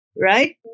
Right